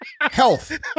health